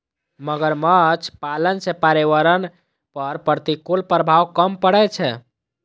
मगरमच्छ पालन सं पर्यावरण पर प्रतिकूल प्रभाव कम पड़ै छै